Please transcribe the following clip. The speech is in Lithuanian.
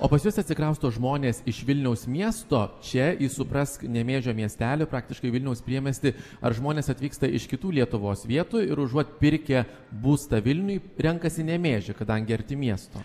o pas jus atsikrausto žmonės iš vilniaus miesto čia į suprask nemėžio miestelį praktiškai vilniaus priemiestį ar žmonės atvyksta iš kitų lietuvos vietų ir užuot pirkę būstą vilniuj renkasi nemėžį kadangi arti miesto